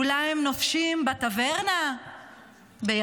אולי הם נופשים בטברנה ביוון,